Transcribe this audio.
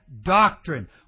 doctrine